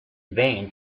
vain